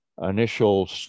initial